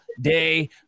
day